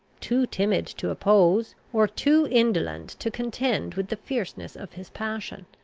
too timid to oppose, or too indolent to contend with, the fierceness of his passion.